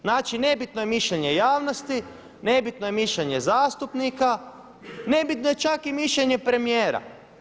Znači nebitno je mišljenje javnosti, nebitno je mišljenje zastupnika, nebitno je čak i mišljenje premijera.